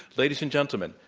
ladies and gentlemen,